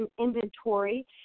inventory